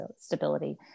stability